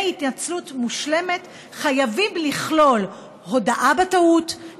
התנצלות מושלמת חייבים לכלול הודאה בטעות,